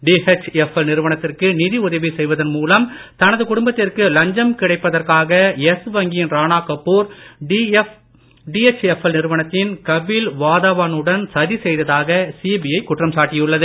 DHFL நிறுவனத்திற்கு நிதி உதவி செய்வதன் மூலம் தனது குடும்பத்திற்கு லஞ்சம் கிடைப்பதற்காக எஸ் வங்கியின் ரானாகபூர் டிஎச்எப்எல் நிறுவனத்தின் கபில் வாதவானுடன் சதி செய்ததாக சிபிஐ குற்றம் சாட்டியுள்ளது